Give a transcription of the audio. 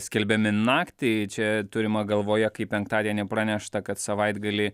skelbiami naktį čia turima galvoje kaip penktadienį pranešta kad savaitgalį